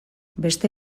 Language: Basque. beste